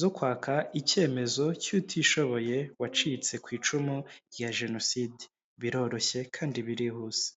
zo kwaka icyemezo cy'utishoboye wacitse ku icumu rya jenoside. Biroroshye kandi birihuse.